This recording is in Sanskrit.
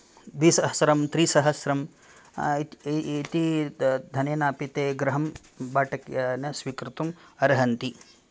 द्विसहस्त्रं त्रिसहस्त्रम् इति धनेनापि ते गृहं बाटकेन स्वीकर्तुम् अर्हन्ति